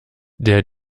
der